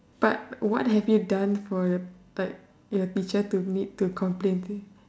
but what have you done for your like your teacher to meet to complain to you